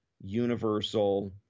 Universal